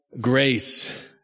grace